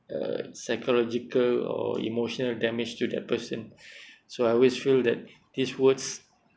uh psychological or emotional damage to that person so I always feel that these words